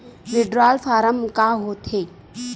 withdrawal form का होथेय